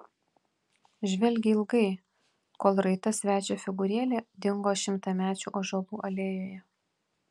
žvelgė ilgai kol raita svečio figūrėlė dingo šimtamečių ąžuolų alėjoje